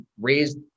raised